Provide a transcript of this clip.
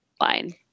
line